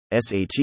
SAT